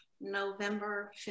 November